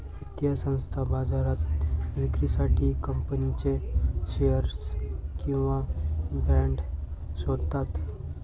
वित्तीय संस्था बाजारात विक्रीसाठी कंपनीचे शेअर्स किंवा बाँड शोधतात